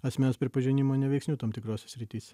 asmens pripažinimo neveiksniu tam tikrose srityse